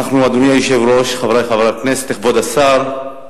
אדוני היושב-ראש, חברי חברי הכנסת, כבוד השר,